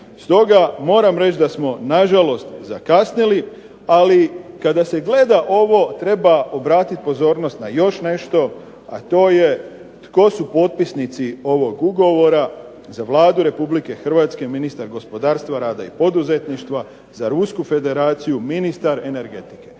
Stoga moram reći da smo nažalost zakasnili. Ali kada se gleda ovo treba obratiti pozornost na još nešto, a to je tko su potpisnici ovog ugovora. Za Vladu Republike Hrvatske ministar gospodarstva, rada i poduzetništva, za Rusku Federaciju ministar energetike.